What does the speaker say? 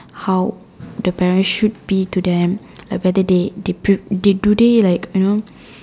how the parents should be to them everyday like better day they pre~ like today like you know